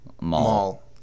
Mall